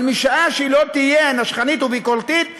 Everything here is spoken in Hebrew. אבל משעה שהיא לא נשכנית וביקורתית,